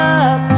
up